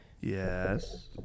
Yes